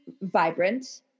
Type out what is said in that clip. vibrant